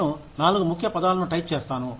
నేను 4 ముఖ్య పదాలను టైప్ చేస్తాను